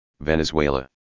Venezuela